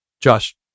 Josh